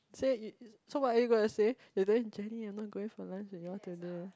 say so what are you gonna say but then Jenny I'm not going for lunch with you all till the